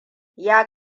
ya